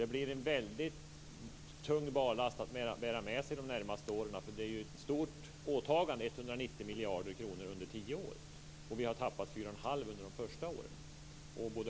Det blir en väldigt tung barlast att bära med sig de närmaste åren. Det är ett stort åtagande, 190 miljarder kronor under tio år, och vi har tappat 4 1⁄2 miljard under de första åren.